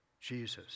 Jesus